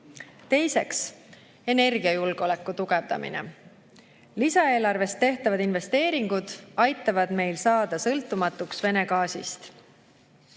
Teiseks, energiajulgeoleku tugevdamine. Lisaeelarvest tehtavad investeeringud aitavad meil saada sõltumatuks Vene gaasist.